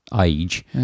age